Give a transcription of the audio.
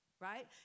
Right